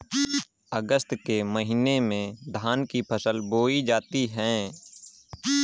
अगस्त के महीने में धान की फसल बोई जाती हैं